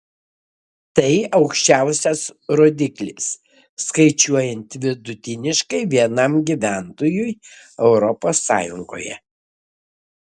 tai aukščiausias rodiklis skaičiuojant vidutiniškai vienam gyventojui europos sąjungoje